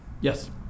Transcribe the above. Yes